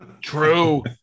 True